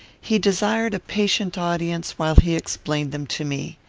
he desired a patient audience while he explained them to me.